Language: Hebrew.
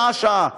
שעה-שעה,